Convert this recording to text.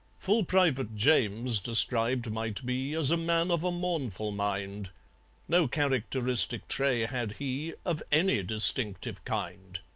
full-private james described might be, as a man of a mournful mind no characteristic trait had he of any distinctive kind.